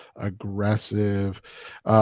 aggressive